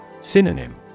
Synonym